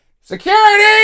Security